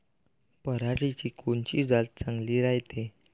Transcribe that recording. पऱ्हाटीची कोनची जात चांगली रायते?